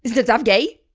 is nadav gay?